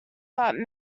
but